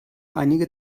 einige